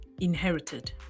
inherited